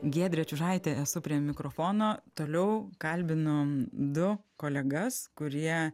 giedrė čiužaitė esu prie mikrofono toliau kalbinu du kolegas kurie